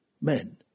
men